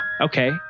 okay